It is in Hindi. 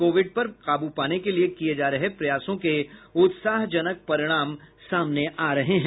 कोविड पर काबू पाने के लिए किए जा रहे प्रयासों के उत्साहजनक परिणाम सामने आ रहे हैं